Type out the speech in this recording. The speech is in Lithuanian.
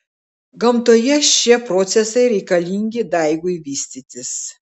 gamtoje šie procesai reikalingi daigui vystytis